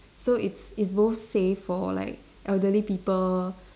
so it's it's both safe for like elderly people